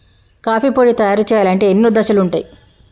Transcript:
coffee పొడి తయారు చేయాలంటే ఎన్నో దశలుంటయ్